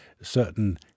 certain